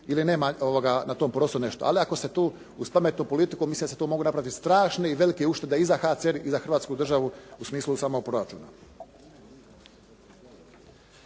ili nema na tom prostoru nešto. Ali ako se tu uz pametnu politiku mislim da se tu mogu napraviti strašne i velike uštede i za HCR i za Hrvatsku državu u smislu samog proračuna.